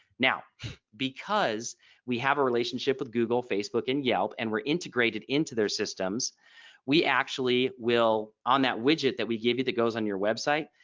now because we have a relationship with google facebook and yelp and we're integrated into their systems we actually will on that widget that we give you that goes on your website.